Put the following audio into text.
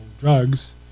drugs